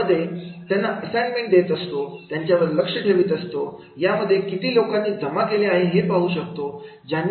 यामध्ये त्यांना असाइनमेंट देत असतो त्याच्यावर लक्ष ठेवत असतो यामध्ये किती लोकांनी जमा केलेला आहे हे पाहू शकतो